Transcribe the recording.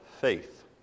Faith